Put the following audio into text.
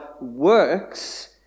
works